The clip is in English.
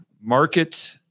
Market